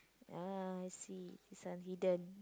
ah I see this one hidden